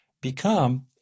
become